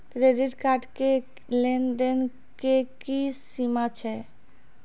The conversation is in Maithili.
क्रेडिट कार्ड के लेन देन के की सीमा छै?